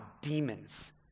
demons